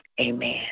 amen